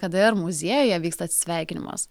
kada ir muziejuje vyksta atsisveikinimas